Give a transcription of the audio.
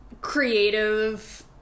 creative